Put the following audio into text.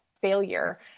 failure